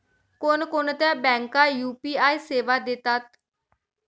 कोणकोणत्या बँका यू.पी.आय सेवा देतात?